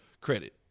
credit